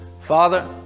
Father